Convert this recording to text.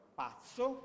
pazzo